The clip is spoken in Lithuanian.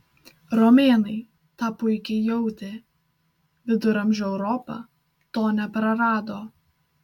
romėnai tą puikiai jautė viduramžių europa to neprarado